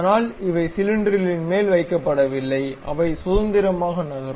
ஆனால் இவை சிலிண்டரில் மேல் வைக்கப்படவில்லை அவை சுதந்திரமாக நகரும்